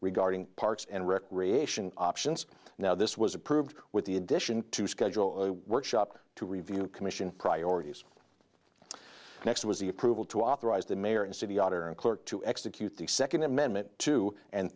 regarding parks and recreation options now this was approved with the addition to schedule a workshop to review commission priorities next was the approval to authorize the mayor and city auditor and clerk to execute the second amendment to and